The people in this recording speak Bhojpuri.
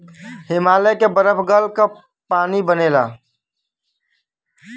हिमालय के बरफ गल क पानी बनेला